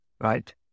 right